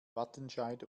wattenscheid